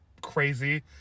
crazy